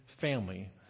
family